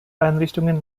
einrichtungen